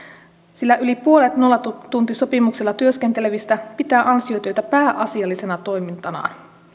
sillä yli puolet nollatuntisopimuksella työskentelevistä pitää ansiotyötä pääasiallisena toimintanaan